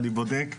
אני בודק,